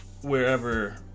wherever